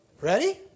Ready